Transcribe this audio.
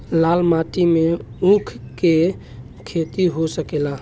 लाल माटी मे ऊँख के खेती हो सकेला?